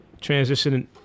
transitioning